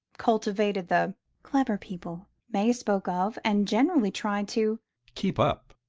cultivated the clever people may spoke of and generally tried to keep up,